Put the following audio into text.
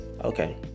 Okay